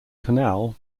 canal